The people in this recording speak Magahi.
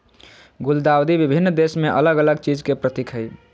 गुलदाउदी विभिन्न देश में अलग अलग चीज के प्रतीक हइ